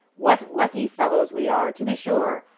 what lucky fellows we are, to be sure!